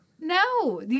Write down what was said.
No